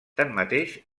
tanmateix